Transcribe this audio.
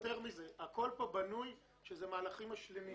הכל פה בנוי על מהלכים משלימים.